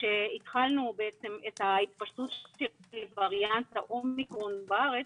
כשהתחלנו את ההתפשטות של וריאנט האומיקרון בארץ,